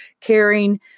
caring